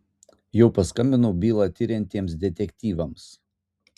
jau paskambinau bylą tiriantiems detektyvams